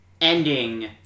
ending